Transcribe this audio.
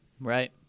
Right